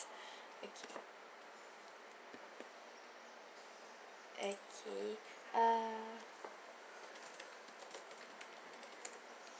okay okay uh